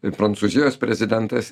ir prancūzijos prezidentas